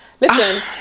Listen